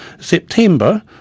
September